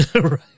right